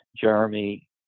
Jeremy